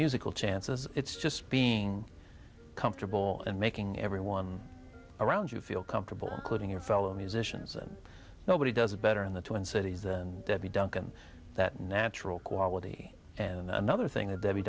musical chances it's just being comfortable and making everyone around you feel comfortable quoting your fellow musicians and nobody does it better in the twin cities and debbie duncan that natural quality and another thing that w